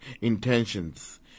intentions